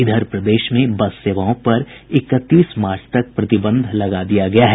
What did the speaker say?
इधर प्रदेश में बस सेवाओं पर इकतीस मार्च तक प्रतिबंध लगा दिया गया है